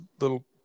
little